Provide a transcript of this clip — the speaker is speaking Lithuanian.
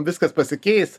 viskas pasikeis